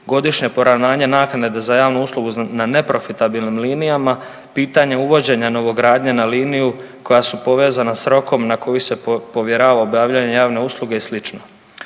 godišnje poravnanje naknade za javnu uslugu na neprofitabilnim linijama, pitanje uvođenja novogradnje na liniju koja su povezana s rokom na koji se povjerava obavljanje javne usluge i sl.